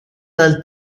dal